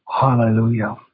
Hallelujah